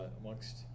amongst